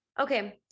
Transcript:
okay